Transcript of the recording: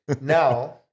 now